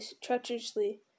treacherously